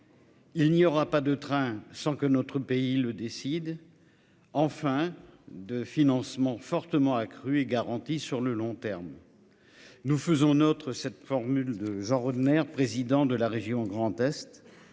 Il n'y aura pas de train sans que notre pays le décide. Enfin de financement fortement accru et garanti sur le long terme. Nous faisons notre cette formule de Jean Rottner, président de la région Grand-Est